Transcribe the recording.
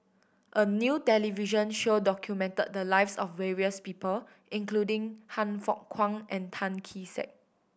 a new television show documented the lives of various people including Han Fook Kwang and Tan Kee Sek